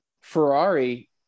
Ferrari